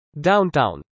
Downtown